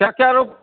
tractor रुक